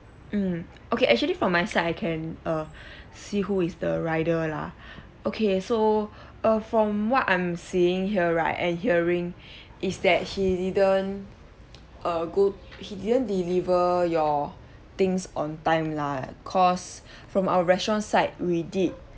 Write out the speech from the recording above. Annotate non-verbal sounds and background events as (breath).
mm okay actually from my side I can err (breath) see who is the rider lah (breath) okay so uh from what I'm seeing here right and hearing (breath) is that he didn't err go he didn't deliver your things on time lah cause (breath) from our restaurant's side we did